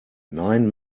nine